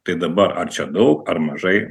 tai dabar ar čia daug ar mažai